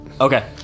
Okay